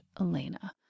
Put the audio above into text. Elena